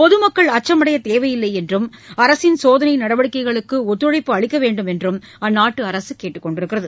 பொதுமக்கள் அச்சமடைய தேவையில்லை என்றும் அரசின் சோதனை நடவடிக்கைகளுக்கு ஒத்துழைப்பு மக்கள் அளிக்குமாறும் அந்நாட்டு அரசு கேட்டுக்கொண்டுள்ளது